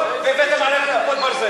אתם, והבאתם עלינו את "כיפת ברזל".